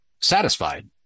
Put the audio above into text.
satisfied